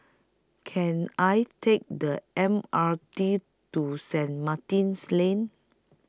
Can I Take The M R T to Saint Martin's Lane